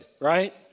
right